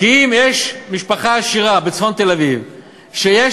כי אם יש משפחה עשירה בצפון תל-אביב שיש